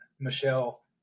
Michelle